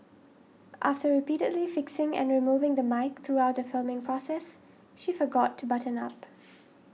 after repeatedly fixing and removing the mic throughout the filming process she forgot to button up